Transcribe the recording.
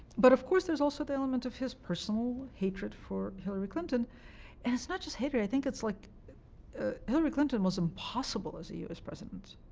but of course there's also the element of his personal hatred for hillary clinton, and it's not just hate her. i think it's like ah hillary clinton was impossible as a u s. president.